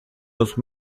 los